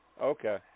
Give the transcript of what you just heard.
Okay